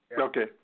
Okay